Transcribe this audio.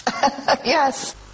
Yes